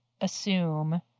assume